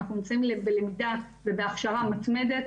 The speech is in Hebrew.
אנחנו נמצאים בלמידה והכשרה מתמדת.